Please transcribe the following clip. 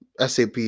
SAP